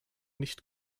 nicht